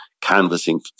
canvassing